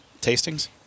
tastings